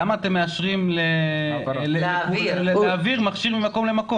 למה אתם מאשרים להעביר מכשיר ממקום למקום?